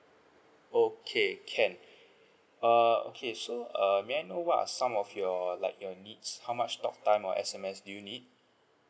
okay can err okay so err may I know what are some of your like your needs how much talk time or S_M_S do you need